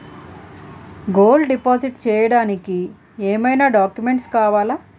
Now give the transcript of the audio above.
Gold deposit చేయడానికి ఏమైనా documents కావాలా?